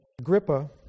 Agrippa